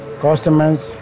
Customers